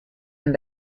and